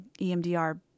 EMDR